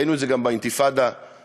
וראינו את זה גם באינתיפאדה האחרונה,